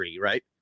right